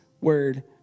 word